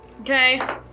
Okay